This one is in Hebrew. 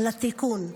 על התיקון.